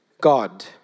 God